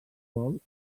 gol